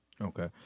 Okay